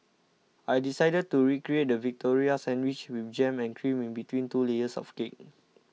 I decided to recreate the Victoria Sandwich with jam and cream in between two layers of cake